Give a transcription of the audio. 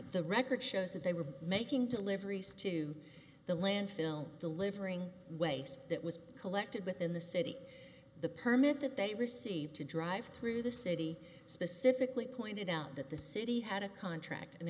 the record shows that they were making deliveries to the landfill delivering waste that was collected within the city the permit that they received to drive through the city specifically pointed out that the city had a contract an